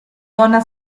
donna